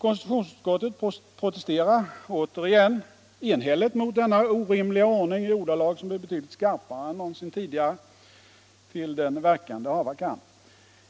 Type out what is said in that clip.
Konstitutionsutskottet protesterar återigen enhälligt mot denna orimliga ordning i ordalag som är betydligt skarpare än någonsin tidigare — till den verkan det hava kan.